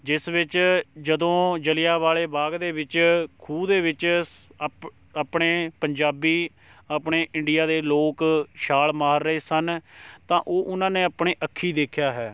ਜਿਸ ਵਿੱਚ ਜਦੋਂ ਜਲ੍ਹਿਆਂਵਾਲੇ ਬਾਗ ਦੇ ਵਿੱਚ ਖੂਹ ਦੇ ਵਿੱਚ ਸ ਆਪਣੇ ਪੰਜਾਬੀ ਆਪਣੇ ਇੰਡੀਆ ਦੇ ਲੋਕ ਛਾਲ ਮਾਰ ਰਹੇ ਸਨ ਤਾਂ ਉਹ ਉਹਨਾਂ ਨੇ ਆਪਣੇ ਅੱਖੀ ਦੇਖਿਆ ਹੈ